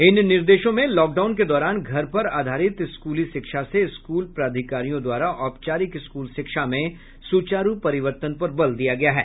इन निर्देशों में लॉकडाउन के दौरान घर पर आधारित स्कूली शिक्षा से स्कूल प्राधिकारियों द्वारा औपचारिक स्कूल शिक्षा में सुचारू परिवर्तन पर बल दिया गया है